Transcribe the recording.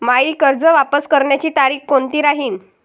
मायी कर्ज वापस करण्याची तारखी कोनती राहीन?